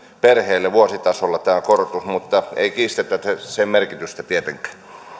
perheelle vuositasolla mutta ei kiistetä sen merkitystä tietenkään